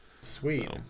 Sweet